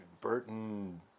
Burton